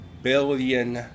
billion